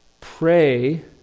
pray